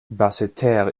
basseterre